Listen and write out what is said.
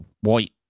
white